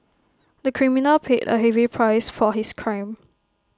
the criminal paid A heavy price for his crime